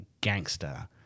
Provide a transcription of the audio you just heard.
gangster